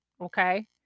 okay